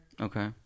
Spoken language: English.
Okay